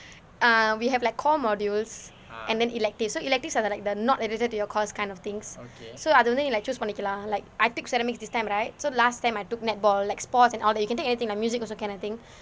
err we have like core modules and then electives so electives are the like the the not related to your course kind of things so அது வந்து:athu vanthu like choose பண்ணிக்கலாம்:pannikkalaam like I took ceramics this time right so last semester I took netball like sports and all that you can take anything like music also can kind of thing